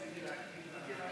שדות